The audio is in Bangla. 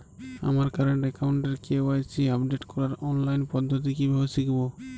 আমার কারেন্ট অ্যাকাউন্টের কে.ওয়াই.সি আপডেট করার অনলাইন পদ্ধতি কীভাবে শিখব?